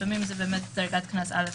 לפעמים זאת דרגת קנס א',